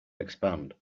expand